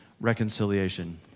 reconciliation